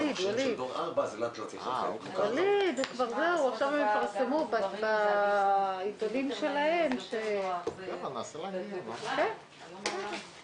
10:55.